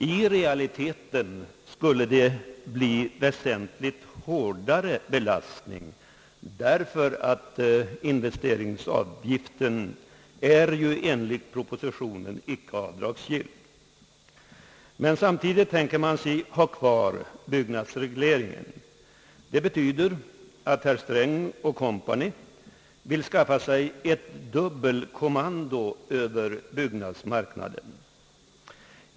I realiteten skulle det bli väsentligt hårdare belastning, ty investeringsavgiften är ju enligt propositionen icke avdragsgill. Samtidigt tänker man sig ha kvar byggnadsregleringen. Det betyder att Sträng & Co vill skaffa sig ett dubbelkommando över byggnadsmarknaden.